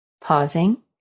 pausing